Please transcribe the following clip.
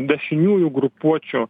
dešiniųjų grupuočių